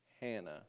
Hannah